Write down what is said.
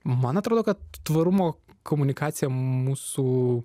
man atrodo kad tvarumo komunikacija mūsų